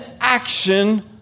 action